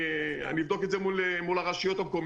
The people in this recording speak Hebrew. אני אבדוק את זה באופן פרטני מול הרשויות המקומיות.